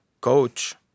coach